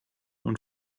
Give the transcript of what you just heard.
und